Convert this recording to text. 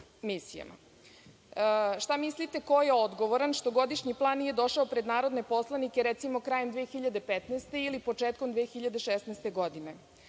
misijama. Šta mislite ko je odgovoran što godišnji plan nije došao pred narodne poslanike recimo, krajem 2015. godine, ili početkom 2016. godine?